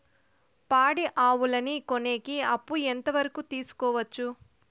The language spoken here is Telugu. పాడి ఆవులని కొనేకి అప్పు ఎంత వరకు తీసుకోవచ్చు?